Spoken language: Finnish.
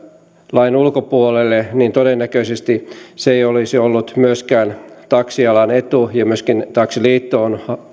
lain ulkopuolelle niin todennäköisesti se ei olisi ollut myöskään taksialan etu myöskin taksiliitto on